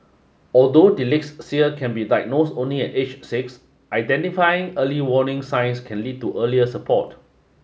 although dyslexia can be diagnosed only at age six identifying early warning signs can lead to earlier support